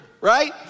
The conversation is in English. right